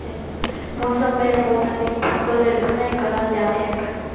मौसमेर मुताबिक फसलेर बुनाई कराल जा छेक